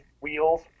wheels